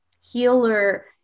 healer